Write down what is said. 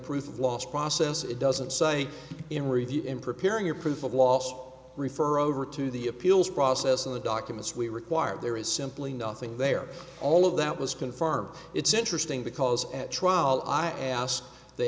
proof of last process it doesn't say in review in preparing your proof of last referral over to the appeals process and the documents we require there is simply nothing there all of that was confirmed it's interesting because at trial i asked the